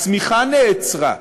הצמיחה נעצרה.